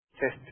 test